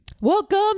Welcome